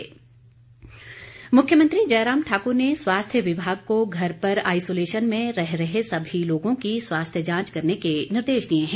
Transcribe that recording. मुख्यमंत्री मुख्यमंत्री जयराम ठाक्र ने स्वास्थ्य विभाग को घर पर आइसोलेशन में रह रहे सभी लोगों की स्वास्थ्य जांच करने के निर्देश दिए हैं